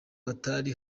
batari